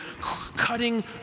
cutting